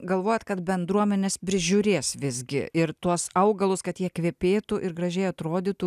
galvojat kad bendruomenės prižiūrės visgi ir tuos augalus kad jie kvepėtų ir gražiai atrodytų